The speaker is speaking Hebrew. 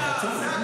תעצור לי.